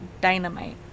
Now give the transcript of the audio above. dynamite